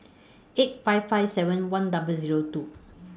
eight five five seven one double Zero two